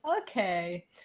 okay